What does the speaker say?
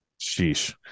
Sheesh